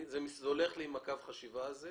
זה הולך לי עם קו החשיבה הזה.